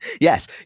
Yes